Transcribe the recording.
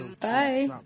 Bye